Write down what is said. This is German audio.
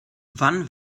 wann